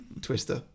Twister